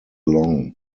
long